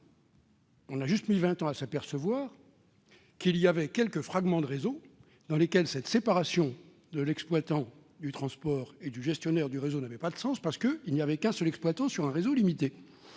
On a juste mis vingt ans à s'apercevoir qu'il y avait quelques fragments de réseau pour lesquels cette séparation de l'exploitant du transport et du gestionnaire du réseau n'avait pas de sens, car il n'y avait qu'un seul exploitant sur un réseau limité.